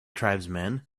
tribesman